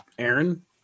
Aaron